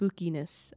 spookiness